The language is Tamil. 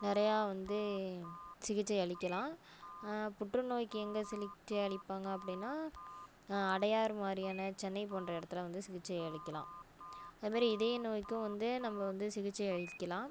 நிறையா வந்து சிகிச்சை அளிக்கலாம் புற்றுநோய்க்கு எங்கே சிகிச்கை அளிப்பாங்க அப்படினா அடையாறு மாதிரியான சென்னை போன்ற இடத்துல வந்து சிகிச்சை அளிக்கலாம் அதுமாதிரி இதய நோய்க்கும் வந்து நம்ம வந்து சிகிச்சை அளிக்கலாம்